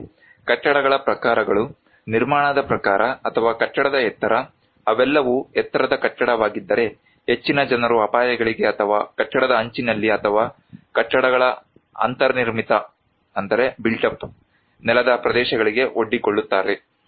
ಅಲ್ಲದೆ ಕಟ್ಟಡಗಳ ಪ್ರಕಾರಗಳು ನಿರ್ಮಾಣದ ಪ್ರಕಾರ ಅಥವಾ ಕಟ್ಟಡದ ಎತ್ತರ ಅವೆಲ್ಲವೂ ಎತ್ತರದ ಕಟ್ಟಡವಾಗಿದ್ದರೆ ಹೆಚ್ಚಿನ ಜನರು ಅಪಾಯಗಳಿಗೆ ಅಥವಾ ಕಟ್ಟಡದ ಅಂಚಿನಲ್ಲಿ ಅಥವಾ ಕಟ್ಟಡಗಳ ಅಂತರ್ನಿರ್ಮಿತ ನೆಲದ ಪ್ರದೇಶಗಳಿಗೆ ಒಡ್ಡಿಕೊಳ್ಳುತ್ತಾರೆ